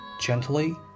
Gently